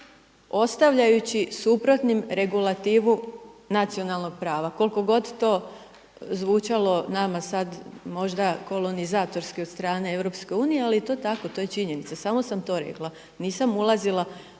ostavljajući suprotnim regulativu nacionalnog prava koliko god to zvučalo nama sad možda kolonizatorski od strane EU, ali to je tako, to je činjenica, samo sam to rekla. Nisam ulazila